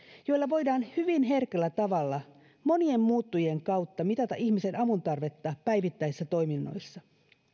joilla voidaan hyvin herkällä tavalla monien muuttujien kautta mitata ihmisen avun tarvetta päivittäisissä toiminnoissa